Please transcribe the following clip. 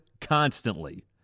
constantly